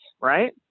right